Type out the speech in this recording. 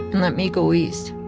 and let me go east.